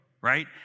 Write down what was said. right